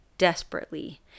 Desperately